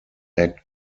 act